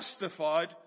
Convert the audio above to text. justified